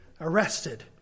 arrested